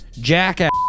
Jackass